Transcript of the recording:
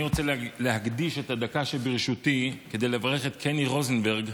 אני רוצה להקדיש את הדקה שברשותי כדי לברך את קני רוזנברג,